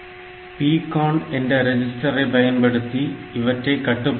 PCON என்ற register ஐ பயன்படுத்தி இவற்றைக் கட்டுப்படுத்தலாம்